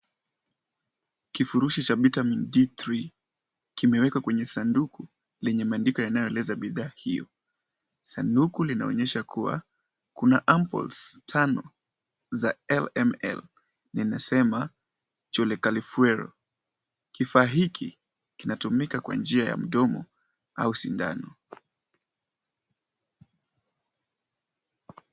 Kifurushi cha vitamini D3 kimewekwa kwenye sanduku lenye maandishi yanayoeleza bidhaa hiyo. Sanduku linaonyesha kuwa, kuna ampolisi tano, za LML zinasema, Julicali Fuel, kifaa hiki, kinatumika kwa njia ya mdomo au sindano.